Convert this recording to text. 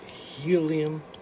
Helium